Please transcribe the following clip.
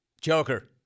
Joker